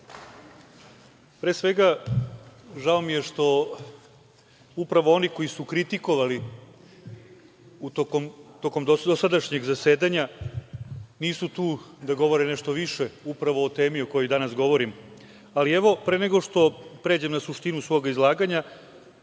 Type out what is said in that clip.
Pre svega, žao mi je što upravo oni koji su kritikovali tokom dosadašnjeg zasedanja nisu to da govore nešto više upravo o temi o kojoj danas govorim. Ali, evo, pre nego što pređem na suštinu svog izlaganja